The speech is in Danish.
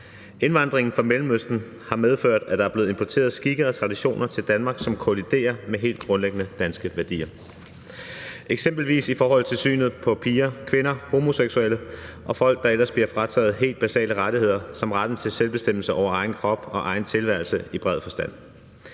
Indvandringen fra Mellemøsten har medført, at der er blevet importeret skikke og traditioner til Danmark, som kolliderer med helt grundlæggende danske værdier – eksempelvis i forhold til synet på piger, kvinder, homoseksuelle og folk, der ellers bliver frataget helt basale rettigheder som retten til selvbestemmelse over egen krop og egen tilværelse i bred forstand.